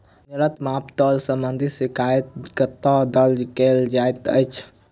गलत माप तोल संबंधी शिकायत कतह दर्ज कैल जाइत अछि?